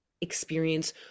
experience